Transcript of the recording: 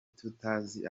tutazi